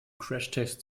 crashtest